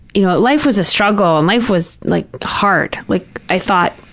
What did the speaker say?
you know, life was a struggle. and life was like hard. like i thought,